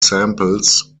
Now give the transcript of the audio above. samples